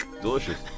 Delicious